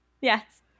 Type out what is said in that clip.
yes